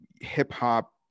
hip-hop